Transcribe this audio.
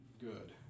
good